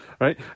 right